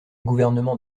gouvernement